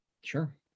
Sure